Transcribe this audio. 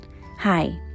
Hi